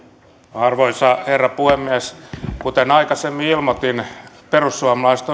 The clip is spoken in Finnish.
arvoisa herra puhemies kuten aikaisemmin ilmoitin perussuomalaiset